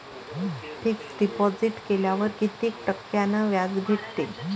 Fix deposit केल्यावर कितीक टक्क्यान व्याज भेटते?